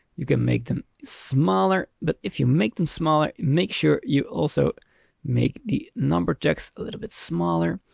you can make them smaller, but if you make them smaller, make sure you also make the number text a little bit smaller.